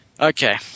Okay